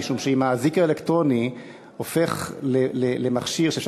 משום שאם האזיק האלקטרוני הופך למכשיר שאפשר